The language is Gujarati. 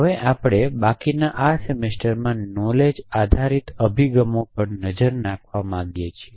હવે આપણે બાકીના આ સેમેસ્ટરમાં નોલેજ આધારિત અભિગમો પર નજર નાખવા માંગીએ છીએ